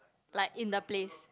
like in the place